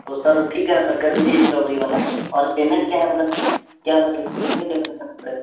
तो सर ठीक है ना सर कर दीजिए स्ट्रॉबेरी वाला और पेमेंट क्या है मतलब क्या मतलब कितनी पेमेंट करनी पड़ेगी